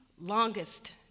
longest